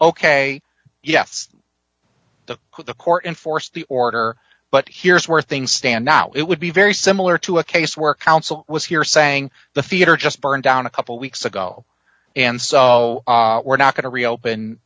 ok yes the who the court enforce the order but here's where things stand now it would be very similar to a case where council was here saying the theater just burned down a couple weeks ago and so we're not going to reopen